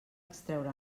extraure